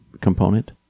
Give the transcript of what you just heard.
component